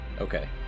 Okay